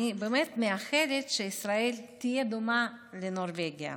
אני באמת מאחלת לכך שישראל תהיה דומה לנורבגיה.